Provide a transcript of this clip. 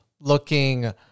looking